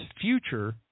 future